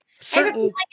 Certain